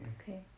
Okay